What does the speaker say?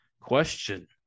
Question